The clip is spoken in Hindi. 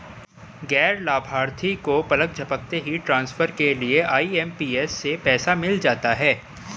गैर लाभार्थी को पलक झपकते ही ट्रांसफर के लिए आई.एम.पी.एस से पैसा मिल जाता है